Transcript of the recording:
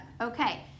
Okay